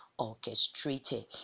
Orchestrated